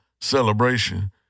celebration